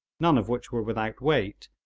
none of which were without weight,